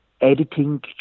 editing